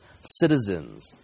citizens